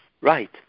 Right